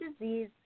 disease